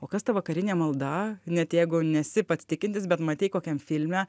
o kas ta vakarinė malda net jeigu nesi pats tikintis bet matei kokiam filme